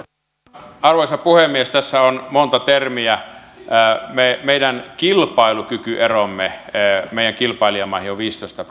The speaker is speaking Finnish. arvoisa puhemies tässä on monta termiä meidän kilpailukykyeromme meidän kilpailijamaihin on viisitoista